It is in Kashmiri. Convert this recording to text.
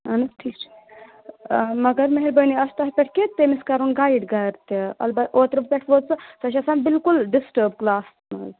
اَہَن حظ ٹھیٖک چھُ مگر مہربٲنی آسہِ تۄہہِ پٮ۪ٹھ کہِ تٔمِس کَرُن گایِڈ گَرٕ تہِ البتہٕ اوترٕ پٮ۪ٹھ ووت سۅ سۄ چھِ آسان بِلکُل ڈِسٹٲرٕب کٕلاسَس منٛز